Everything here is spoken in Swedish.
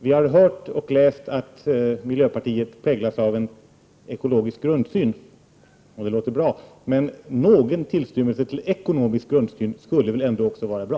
Vi har hört och läst om att miljöpartiet präglas av en ekologisk grundsyn, och det låter bra. Någon tillstymmelse till ekonomisk grundsyn skulle väl ändå också vara bra?